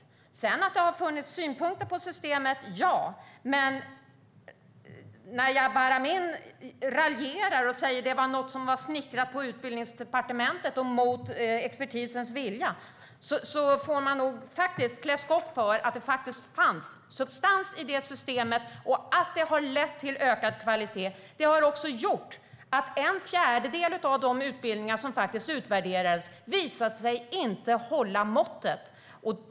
Visst har det funnits synpunkter på systemet, men Jabar Amin raljerar när han säger att det var hopsnickrat på Utbildningsdepartementet, mot expertisens vilja. Han får faktiskt stå upp för att det fanns substans i systemet och att det har lett till ökad kvalitet. Det har också gjort att en fjärdedel av de utbildningar som utvärderats faktiskt visat sig inte hålla måttet.